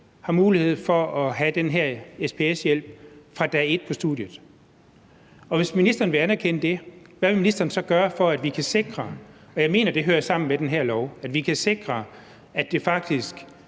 har mulighed for at få den her SPS-hjælp fra dag et på studiet. Og hvis ministeren vil anerkende det, hvad vil ministeren så gøre for, at vi kan sikre – og jeg mener, at det hører sammen med den her lov – at det faktisk